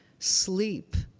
sleep,